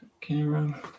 Camera